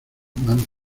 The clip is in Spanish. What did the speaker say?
manos